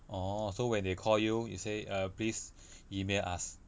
orh so when they call you you say uh please email us